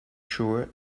sure